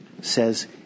says